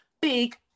big